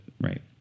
Right